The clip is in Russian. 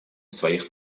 своих